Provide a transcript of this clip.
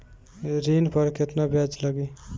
ऋण पर केतना ब्याज लगी?